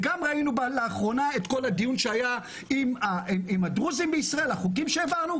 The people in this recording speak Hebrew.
וראינו גם לאחרונה את הדיון שהיה עם הדרוזים בישראל על החוקים שהעברנו.